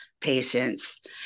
patients